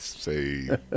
Say